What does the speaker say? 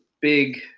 big